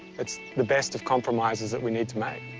it's the best of compromises that we need to make.